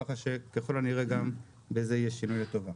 כך שככל הנראה גם בזה יהיה שינוי לטובה.